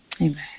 Amen